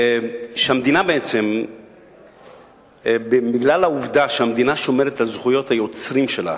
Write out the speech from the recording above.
שהמדינה בעצם בגלל העובדה שהמדינה שומרת על זכויות היוצרים שלה,